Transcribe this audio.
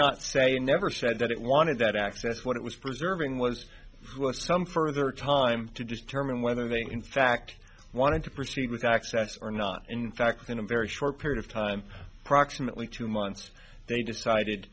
they never said that it wanted that access what it was preserving was some further time to determine whether they in fact wanted to proceed with access or not in fact in a very short period of time proximately two months they decided